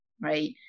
right